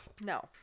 no